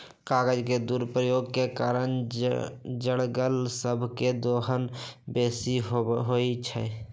कागज के दुरुपयोग के कारण जङगल सभ के दोहन बेशी होइ छइ